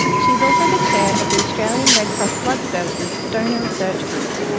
she is also the chair of the australian red cross blood services donor research group.